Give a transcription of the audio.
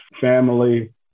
family